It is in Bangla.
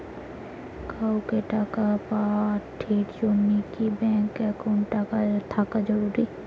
কাউকে টাকা পাঠের জন্যে কি ব্যাংক একাউন্ট থাকা জরুরি?